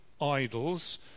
idols